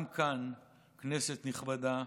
גם כאן, כנסת נכבדה,